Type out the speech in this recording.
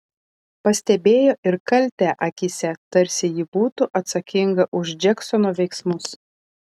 pastebėjo ir kaltę akyse tarsi ji būtų atsakinga už džeksono veiksmus